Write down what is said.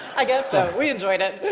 i guess so. we enjoyed it.